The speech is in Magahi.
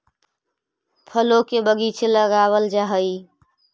फलों के बगीचे लगावल जा हई